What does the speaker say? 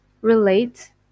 relate